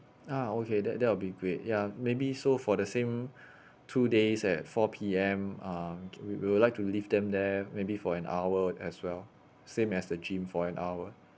ah okay that that will be great ya maybe so for the same two days at four P_M um we we will like to leave them there maybe for an hour as well same as the gym for an hour